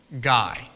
guy